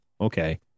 okay